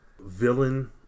villain